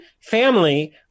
family